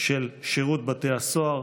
של שירות בתי הסוהר,